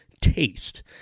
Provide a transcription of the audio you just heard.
taste